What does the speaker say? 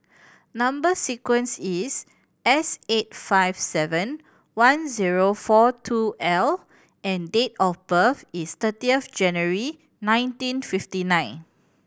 number sequence is S eight five seven one zero four two L and date of birth is thirtieth of January nineteen fifty nine